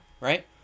right